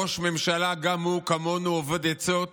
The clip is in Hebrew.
ראש ממשלה, גם הוא, כמונו, אובד עצות